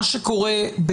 מה שקורה,